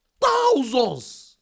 Thousands